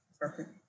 perfect